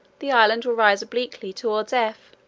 the island will rise obliquely towards f,